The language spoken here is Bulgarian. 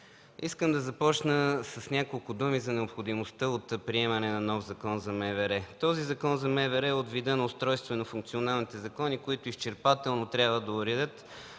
искам да започна с няколко думи за необходимостта от приемане на нов Закон за МВР. Този Закон за МВР е от вида на устройствено-функционалните закони, които изчерпателно трябва да уредят